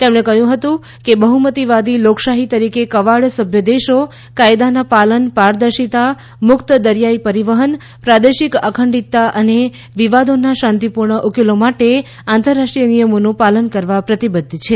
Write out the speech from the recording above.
તેમણે કહ્યું કે બહુમતીવાદી લોકશાહી તરીકે કવાડ સભ્ય દેશો કાયદાના પાલન પારદર્શિતા મુકત દરીયાઇ પરીવહન પ્રાદેશિક અખંડિતતા અને વિવાદોના શાંતીપુર્ણ ઉકેલો માટે આંતરરાષ્ટ્રીય નિયમોનું પાલન કરવા પ્રતિબધ્ધ છે